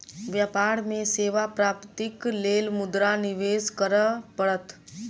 व्यापार में सेवा प्राप्तिक लेल मुद्रा निवेश करअ पड़त